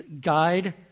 guide